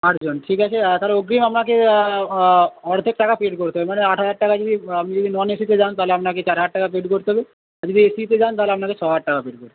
আটজন ঠিক আছে তাহলে অগ্রিম আপনাকে অর্ধেক টাকা পে করতে হবে মানে আট হাজার টাকা যদি আপনি যদি নন এসিতে যান তাহলে আপনাকে চার হাজার টাকা পে করতে হবে আর যদি এসিতে যান তাহলে আপনাকে ছহাজার টাকা পে করতে হবে